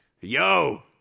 yo